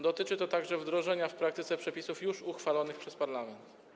Dotyczy to także wdrożenia w praktyce przepisów już uchwalonych przez parlament.